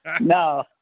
No